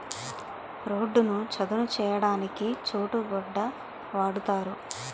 రోడ్డును చదును చేయడానికి చోటు గొడ్డ వాడుతారు